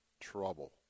trouble